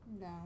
No